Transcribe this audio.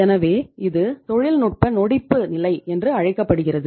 எனவே இது தொழில்நுட்ப நொடிப்பு நிலை என்று அழைக்கப்படுகிறது